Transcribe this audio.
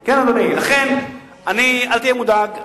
כן, אדוני, אל תהיה מודאג.